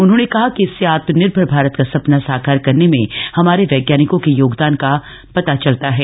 उन्होंने कहा कि इससे आत्मनिर्भर भारत का सपना साकार करने में हमारे वैज्ञानिकों के योगदान का पता चलता है